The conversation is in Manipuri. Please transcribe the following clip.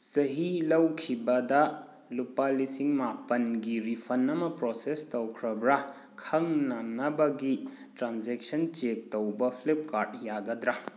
ꯆꯍꯤ ꯂꯧꯈꯤꯕꯗ ꯂꯨꯄꯥ ꯂꯤꯁꯤꯡ ꯃꯥꯄꯟꯒꯤ ꯔꯤꯐꯟ ꯑꯃ ꯄ꯭ꯔꯣꯁꯦꯁ ꯇꯧꯈ꯭ꯔꯕ꯭ꯔꯥ ꯈꯪꯅꯅꯕꯒꯤ ꯇ꯭ꯔꯥꯟꯖꯦꯛꯁꯟ ꯆꯦꯛ ꯇꯧꯕ ꯐ꯭ꯂꯤꯞꯀꯥꯔꯠ ꯌꯥꯒꯗ꯭ꯔꯥ